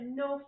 no